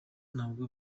ntabwo